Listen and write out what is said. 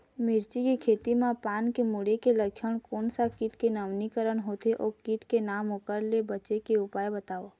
मिर्ची के खेती मा पान के मुड़े के लक्षण कोन सा कीट के नवीनीकरण होथे ओ कीट के नाम ओकर ले बचे के उपाय बताओ?